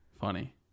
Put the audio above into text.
Funny